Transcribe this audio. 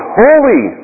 holy